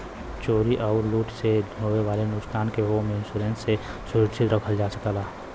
चोरी आउर लूट से होये वाले नुकसान के होम इंश्योरेंस से सुरक्षित रखल जा सकला